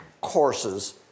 courses